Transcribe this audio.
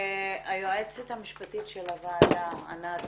היועצת המשפטית של הוועדה, ענת,